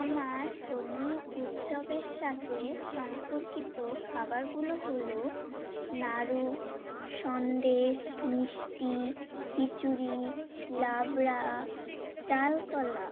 আমার ধর্মীয় উৎসবের সাথে সম্পর্কিত খাবারগুলো হলো নাড়ু সন্দেশ মিষ্টি খিচুড়ি লাবড়া চাল কলা